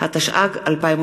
עליזה לביא,